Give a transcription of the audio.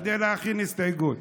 כדי להכין הסתייגות.